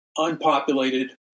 unpopulated